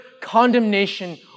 condemnation